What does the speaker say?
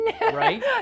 Right